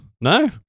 No